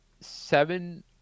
seven